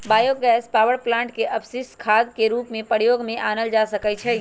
bio gas power plant के अपशिष्ट खाद के रूप में प्रयोग में आनल जा सकै छइ